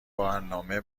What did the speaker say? برنامه